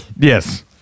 Yes